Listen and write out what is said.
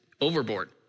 overboard